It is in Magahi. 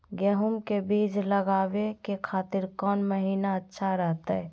गेहूं के बीज लगावे के खातिर कौन महीना अच्छा रहतय?